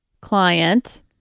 client